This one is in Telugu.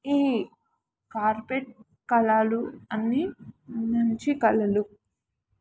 ఈ కార్పెట్ కళలు అన్ని నుంచి కళలు